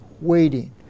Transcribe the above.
waiting